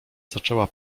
zaczęła